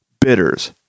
bitters